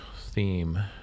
theme